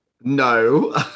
No